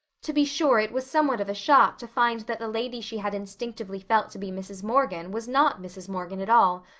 to be sure, it was somewhat of a shock to find that the lady she had instinctively felt to be mrs. morgan was not mrs. morgan at all,